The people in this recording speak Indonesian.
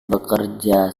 bekerja